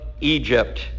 Egypt